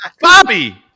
Bobby